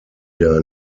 der